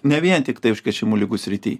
ne vien tiktai užkrečiamų ligų srity